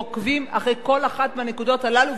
ועוקבים אחרי כל אחת מהנקודות הללו,